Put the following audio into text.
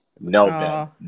No